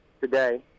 today